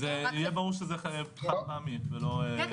שיהיה ברור שזה חד פעמי ולא --- רק